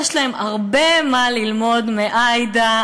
יש להם הרבה מה ללמוד מעאידה.